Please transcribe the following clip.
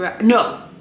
No